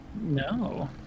No